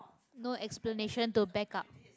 no explanation to back up